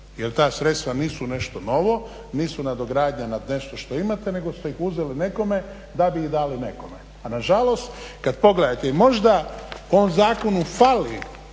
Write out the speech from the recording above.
jer ta sredstva nisu nešto novo, nisu nadogradnja na nešto što imate nego ste ih uzeli nekome, da bi ih dali nekome. A na žalost kad pogledate i možda u ovom zakonu fali